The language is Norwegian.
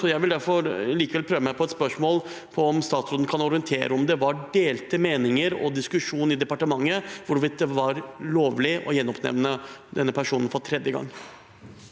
Jeg vil derfor prøve meg på et spørsmål: Kan statsråden orientere om det var delte meninger og diskusjon i departementet om hvorvidt det var lovlig å gjenoppnevne denne personen for tredje gang?